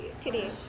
today